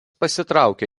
pasitraukė